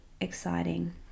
exciting